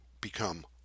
become